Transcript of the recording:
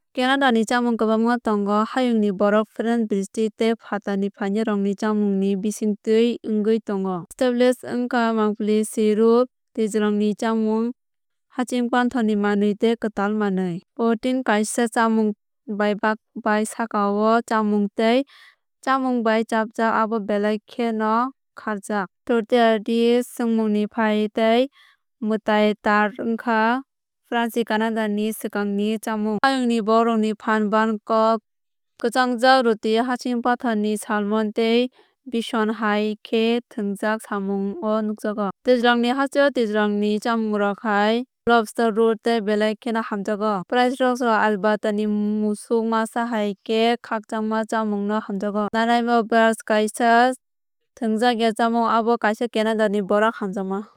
Canada ni chamung kwbangma tongo. Hayungni borok French British tei phatarni phainairokni chamung ni bisingtwi wngwi tongo. Staple wngkha maple syrup twijlangni chamung hasing panthor ni manwi tei kwtal manwi. Poutine kaisa chámung bai saka o chámung tei chámung bai chapjak abo belai kheno khárjak. Tourtière samungni pai tei mwtai tart wngkha phransi canada ni swkangni chamung. Hayungni borokrokni phan bannock kwchangjak ruti hasing panthor ni salmon tei bison hai khe thwngjak samung o nukjago. Twijlangni hasteo twijlangni chamungrok hai lobster roll tei belai kheno hamjakgo. Prairies rok alberta ni musuk masa hai khe khakchangma chamung no hamjakgo. Nanaimo bars kaisa thwngjakya chamung abo kaisa canada ni borok hamjakma.